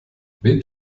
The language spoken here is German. mit